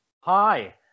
Hi